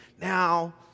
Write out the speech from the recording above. Now